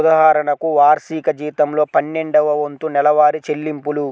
ఉదాహరణకు, వార్షిక జీతంలో పన్నెండవ వంతు నెలవారీ చెల్లింపులు